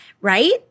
Right